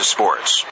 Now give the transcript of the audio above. Sports